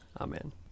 Amen